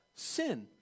Sin